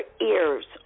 ears